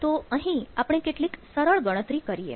તો અહીં આપણે કેટલીક સરળ ગણતરી કરીએ